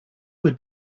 would